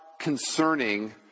concerning